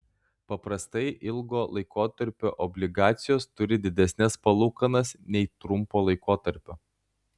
paprastai ilgo laikotarpio obligacijos turi didesnes palūkanas nei trumpo laikotarpio